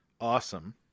awesome